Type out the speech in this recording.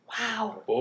Wow